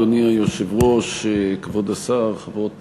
אדוני היושב-ראש, כבוד השר, חברות